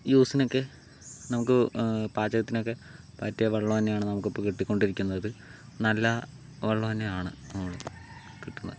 യൂസിനൊക്കെ നമുക്ക് പാചകത്തിനൊക്കെ പറ്റിയ വെള്ളൊന്നെയാണ് നമുക്കിപ്പോൾ കിട്ടിക്കൊണ്ടിരിക്കുന്നത് നല്ല വെള്ളന്നെയാണ് നമുക്ക് കിട്ടണ്